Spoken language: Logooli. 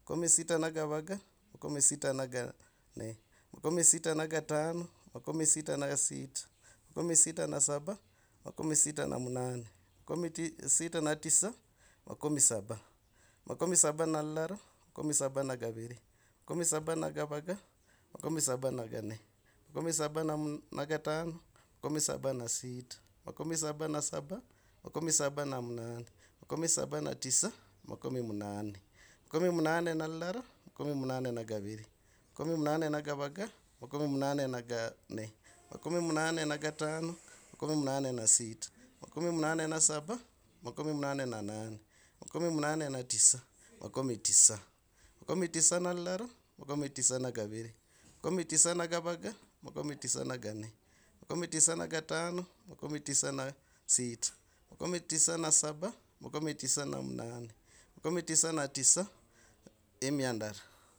makumi na sita na gavaga, makumi sita na kanne, makumi sita na katano, makumi sita na sita, makumi sita na saba, makumi sina na munane, makumi sita na tisa, makumi na saba, makumi saba na lilala, makumi saba na gaviri, makumi saba na gavaga, makumi saba na kanne, makumi saba na katano, makumi saba na sita, makumi saba na saba, makumi saba na munane, makumi saba na tisa, makumi munane, makumi munane na lilala, makumi munane na gaviri, makumi munane na gavana, makumi munane na ganne, makumi munane na katano, makumi na munane na sita, makumi munane na saba, makumi na munane na munane, makumi munane na tisa, makumi tisa, makumi tisa na lilala, makumi tisa na gaviri, makumi tisa na gavaga, makumi tisa na ganne, makumi tisa na katano, makumi tisa na sita, makumi tisa na saba, makumi tisa na munane, makumi tisa na tisa, emia ndara.